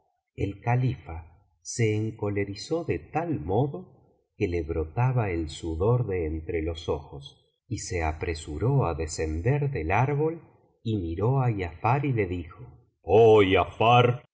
el califa se encolerizó de tal modo que le brotaba el sudor de entre los ojos y se apresuró á descender del árbol y miró á giafar y le dijo oh giafar